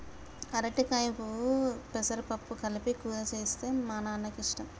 అరటికాయ పువ్వు పెసరపప్పు కలిపి కూర చేస్తే మా నాన్నకి ఇష్టం